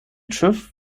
schiff